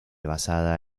basada